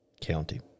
County